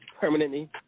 permanently